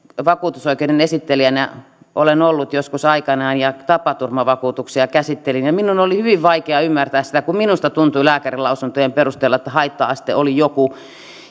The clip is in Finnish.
vakuutusoikeuden esittelijänä jona olen ollut joskus aikanaan ja tapaturmavakuutuksia käsittelin että minun oli hyvin vaikea ymmärtää sitä kun minusta tuntui lääkärinlausuntojen perusteella että haitta aste oli joku